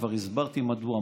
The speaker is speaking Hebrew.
כבר הסברתי מדוע,